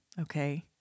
Okay